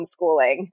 homeschooling